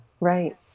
Right